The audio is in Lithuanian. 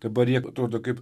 dabar jie atrodo kaip